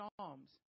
Psalms